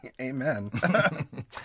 Amen